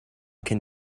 cyn